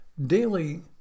Daily